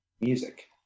music